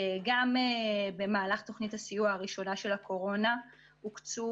גם במהלך תוכנית הסיוע של הקורונה הוקצו